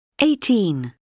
eighteen